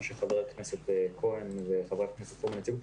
כפי שחבר הכנסת כהן וחברת הכנסת פרומן הציגו,